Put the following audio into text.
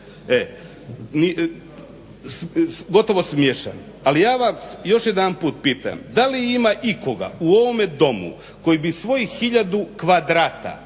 gotovo smiješan. Ali ja vas još jedanput pitam da li ima ikoga u ovome Domu koji bi svojih hiljadu kvadrata